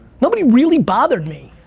nobody really bothered me.